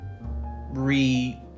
re